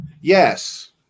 yes